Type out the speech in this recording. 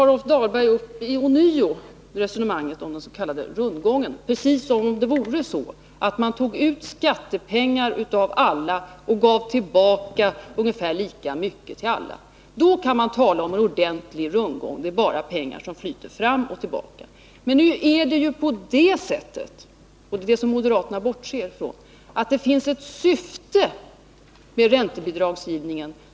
Rolf Dahlberg tog ånyo upp resonemanget om den s.k. rundgången, precis som om man tog ut skattepengar av alla och gav tillbaka ungefär lika mycket till alla. Då hade man kunnat tala om en rundgång — då hade det gällt pengar som flyter fram och tillbaka. Men nu är det på det sättet — det bortser moderaterna ifrån — att det finns ett syfte med räntebidragsgivningen.